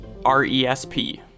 RESP